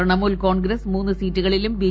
തൃണമൂൽ കോൺഗ്രസ് മൂന്ന് സീറ്റുകളിലും ബ്ലി